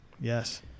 yes